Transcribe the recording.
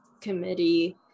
committee